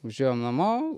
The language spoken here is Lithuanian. važiuojam namo